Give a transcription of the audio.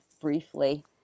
briefly